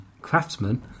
craftsman